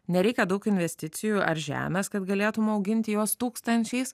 nereikia daug investicijų ar žemės kad galėtum auginti juos tūkstančiais